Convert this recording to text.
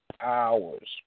hours